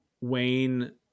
Wayne